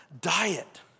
diet